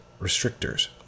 restrictors